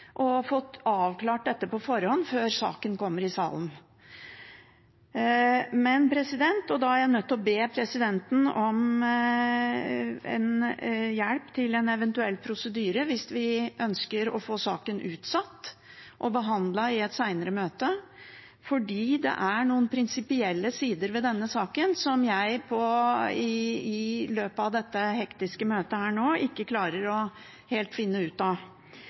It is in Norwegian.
fått avklart dette på forhånd før saken kommer i salen. Men da er jeg nødt til å be presidenten om hjelp til en eventuell prosedyre hvis vi ønsker å få saken utsatt og behandlet i et senere møte. For det er noen prinsipielle sider ved denne saken som jeg i løpet av dette hektiske møtet nå ikke klarer helt å finne ut av.